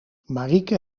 marieke